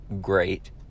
great